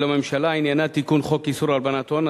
של הממשלה עניינה תיקון חוק איסור הלבנת הון,